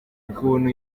ukuntu